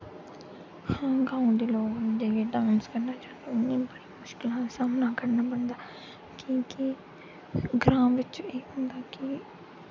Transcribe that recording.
गाओं दे लोग जेह्ड़े डांस करना चाह्ंदे न उनेंगी बड़ी मुश्कलां दा सामना करना पौंदा क्युंकि ग्रां बिच्च एह् होंदा कि